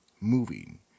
moving